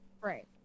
Right